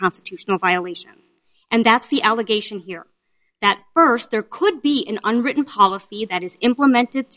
constitutional violations and that's the allegation here that first there could be in unwritten policy that is implemented